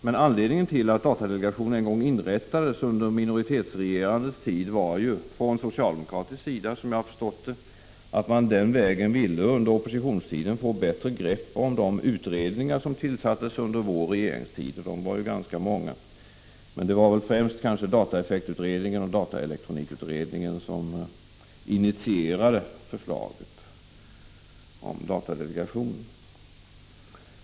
Men anledningen till att datadelegationen en gång inrättades under minoritetsregerandets tid var, om jag har uppfattat socialdemokraterna rätt, att man den vägen ville under oppositionstiden få bättre grepp om de utredningar som tillsattes under vår regeringsperiod. De var ganska många. Men det var dataeffektutredningen och dataelektronikutredningen som initierade förslaget om datadelegation.